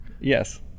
Yes